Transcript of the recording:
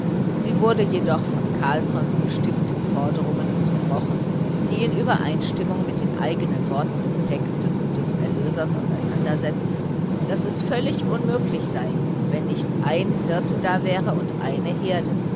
sie wurde jedoch von carlssons bestimmten forderungen unterbrochen die in übereinstimmung mit den eigenen worten des textes und des erlösers auseinandersetzten daß es völlig unmöglich sei wenn nicht ein hirte da wäre und eine herde